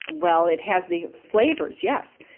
well, it has the flavours, yes.